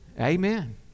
amen